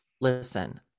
Listen